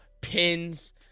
pins